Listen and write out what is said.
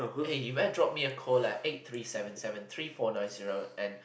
eh you better drop me a call at eight three seven seven three four nine zero and